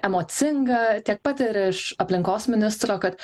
emocinga tiek pat ir iš aplinkos ministro kad